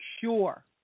sure